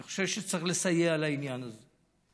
אני חושב שצריך לסייע לעניין הזה.